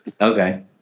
Okay